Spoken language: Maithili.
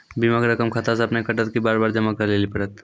बीमा के रकम खाता से अपने कटत कि बार बार जमा करे लेली पड़त?